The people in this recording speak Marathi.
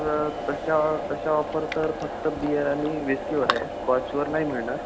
तर तशा तशा ऑफर तर फक्त बिअर आणि विस्कीवर आहे स्कॉचवर नाही मिळणार